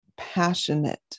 passionate